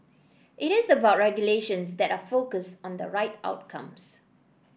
it is about regulations that are focused on the right outcomes